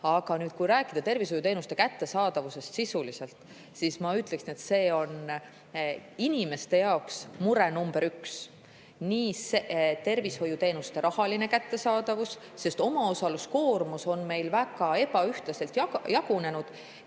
Aga kui rääkida tervishoiuteenuste kättesaadavusest sisuliselt, siis ma ütleksin, et see on inimeste jaoks mure nr 1. Esiteks, tervishoiuteenuste rahaline kättesaadavus. Omaosaluskoormus on meil väga ebaühtlaselt jagunenud